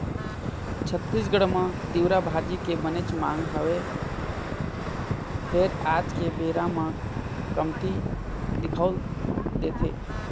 छत्तीसगढ़ म तिंवरा भाजी के बनेच मांग हवय फेर आज के बेरा म कमती दिखउल देथे